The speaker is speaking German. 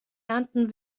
ernten